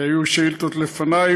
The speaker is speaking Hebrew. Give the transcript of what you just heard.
היו שאילתות לפניי.